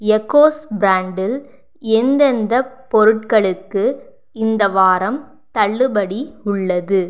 Eggoz பிராண்டில் எந்தெந்தப் பொருட்களுக்கு இந்த வாரம் தள்ளுபடி உள்ளது